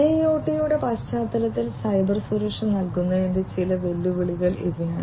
IIoT യുടെ പശ്ചാത്തലത്തിൽ cyber സുരക്ഷ നൽകുന്നതിനുള്ള ചില വെല്ലുവിളികൾ ഇവയാണ്